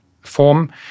form